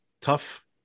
tough